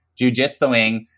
jujitsuing